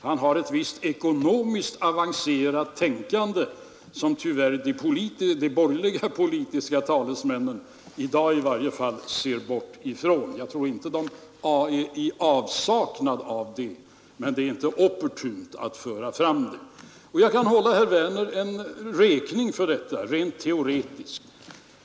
Han har alltså ett visst avancerat ekonomiskt tänkande, som den borgerliga oppositionens talesmän, i dag i varje fall avstår från att tillämpa; jag tror inte de är i avsaknad av det, men det är inte opportunt att föra fram sådana tankegångar. Jag håller herr Werner räkning för detta, rent teoretiskt.